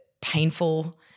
painful